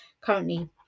currently